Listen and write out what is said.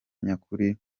nyakuri